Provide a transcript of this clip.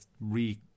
re-